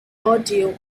audio